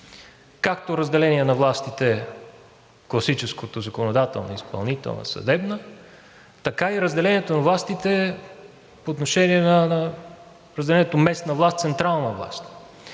както разделение на властите, класическото – законодателна, изпълнителна, съдебна, така и разделението на властите по отношение на разделението местна власт – централна власт.